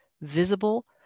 visible